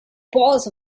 paws